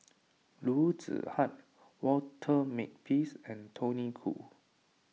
Loo Zihan Walter Makepeace and Tony Khoo